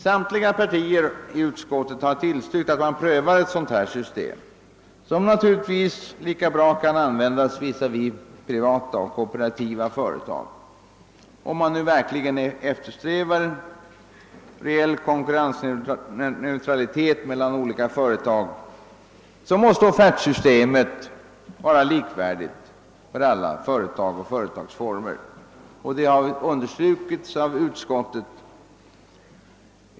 Samtliga partier i utskottet har tillstyrkt, att man prövar ett sådant system, som naturligtvis lika bra kan användas visavi privata och kooperativa företag. Om man verkligen eftersträvar reell konkurrensneutralitet mellan olika företag, måste offertsystemet vara likvärdigt för alla företag och företagsformer. Det har understrukits av utskottet.